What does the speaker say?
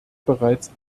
bereits